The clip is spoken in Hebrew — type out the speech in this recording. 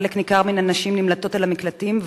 חלק ניכר מן הנשים נמלטות אל המקלטים,